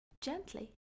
gently